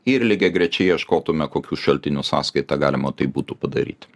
ir lygiagrečiai ieškotume kokių šaltinių sąskaita galima tai būtų padaryti